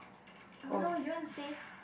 oh no you want to save